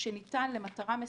שניתן למטרה מסוימת,